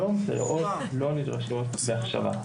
היום סייעות לא נדרשות להכשרה.